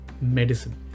medicine